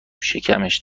شکمش